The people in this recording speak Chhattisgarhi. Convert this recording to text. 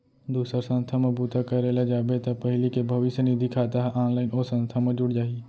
दूसर संस्था म बूता करे ल जाबे त पहिली के भविस्य निधि खाता ह ऑनलाइन ओ संस्था म जुड़ जाही